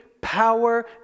power